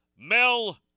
Mel